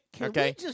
Okay